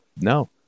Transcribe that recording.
no